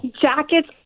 jackets